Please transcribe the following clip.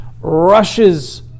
Rushes